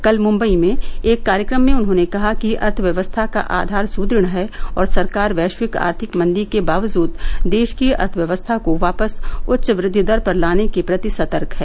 कल मुंबई में एक कार्यक्रम में उन्होंने कहा कि अर्थव्यवस्था का आघार सुदृढ़ है और सरकार वैश्विक आर्थिक मंदी के बावजूद देश की अर्थव्यवस्था को वापस उच्च वृद्धि दर पर लाने के प्रति सतर्क है